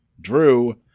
Drew